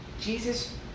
Jesus